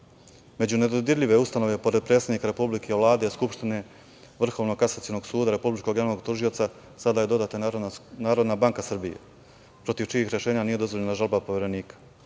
nedodirljive ustanove, pored predsednika Republike, Vlade, Skupštine, Vrhovnog kasacionog suda, Republičkog javnog tužioca, sada je dodata i Narodna banka Srbije protiv čijih rešenja nije dozvoljena žalba Poverenika.